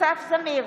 אסף זמיר,